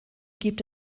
gibt